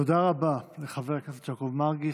תודה רבה לחבר הכנסת יעקב מרגי.